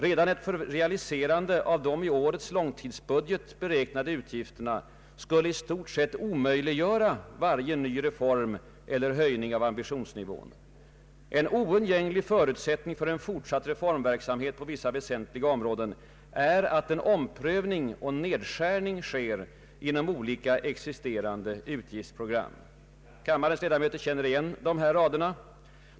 ——— Redan ett realiserande av de i årets långtidsbudget beräknade utgifterna skulle i stort sett omöjliggöra varje ny reform eller höjning av ambitionsnivån. En oundgänglig förutsättning för en fortsatt reformverksamhet på vissa väsentliga områden är att en omprövning och nedskärning sker inom olika existerande utgiftsprogram.” Kammarens ledamöter känner igen dessa rader.